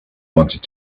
wanted